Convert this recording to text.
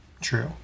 True